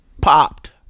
popped